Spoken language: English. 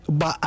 ba